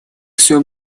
всё